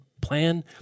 plan